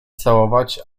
całować